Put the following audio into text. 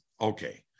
Okay